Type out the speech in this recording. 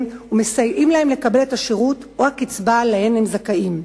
ומסייעים להם לקבל את השירות או הקצבה שהם זכאים להם.